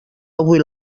avui